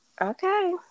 Okay